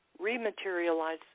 rematerialize